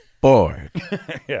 bored